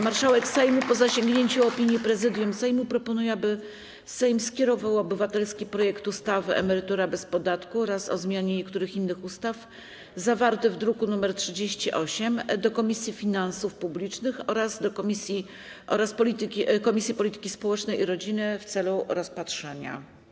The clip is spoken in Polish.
Marszałek Sejmu, po zasięgnięciu opinii Prezydium Sejmu, proponuje, aby Sejm skierował obywatelski projekt ustawy Emerytura bez podatku oraz o zmianie niektórych innych ustaw, zawarty w druku nr 38, do Komisji Finansów Publicznych oraz do Komisji Polityki Społecznej i Rodziny w celu rozpatrzenia.